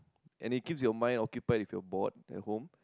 and it keeps your mind occupied if you are bored at home